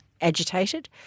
agitated